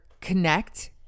connect